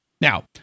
Now